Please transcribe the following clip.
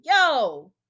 yo